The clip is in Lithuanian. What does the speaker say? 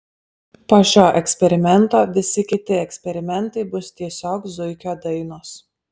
po šio eksperimento visi kiti eksperimentai bus tiesiog zuikio dainos